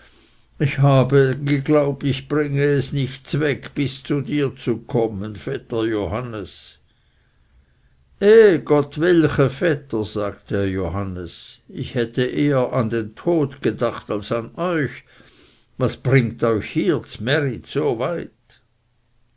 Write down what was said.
ich habe geglaubt ich bringe es nicht zweg bis zu dir zu kommen vetter johannes eh gottwilche vetter sagte johannes ich hätte eher an den tod gedacht als an euch was bringt euch hier zmärit so weit